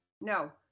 no